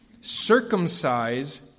Circumcise